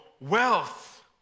wealth